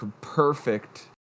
perfect